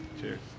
Cheers